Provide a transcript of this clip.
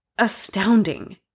astounding